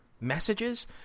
messages